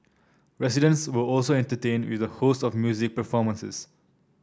residents were also entertained with a host of music performances